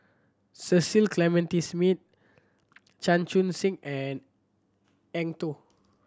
Cecil Clementi Smith Chan Chun Sing and Eng Tow